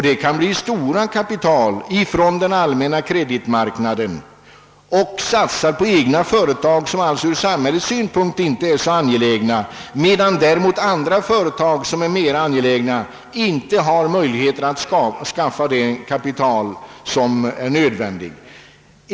Mycket kapital skulle då kunna dras från den allmänna kreditmarknaden och satsas på företag som ur samhällets synpunkt inte är så angelägna, medan mer angelägna företag inte skulle kunna få erforderligt kapital.